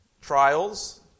trials